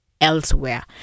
elsewhere